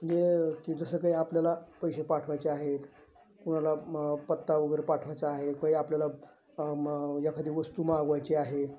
म्हणजे की जसं काही आपल्याला पैसे पाठवायचे आहेत कोणाला मग पत्ता वगैरे पाठवायचा आहे काही आपल्याला मग एखादी वस्तू मागवायची आहे